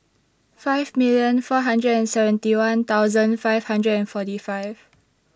five million four hundred and seventy one thousand five hundred and forty five